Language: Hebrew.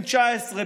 עם 19%,